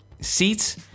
seats